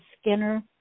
Skinner